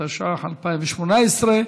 התשע"ח 2018,